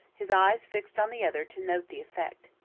his eyes fixed on the other to note the effect.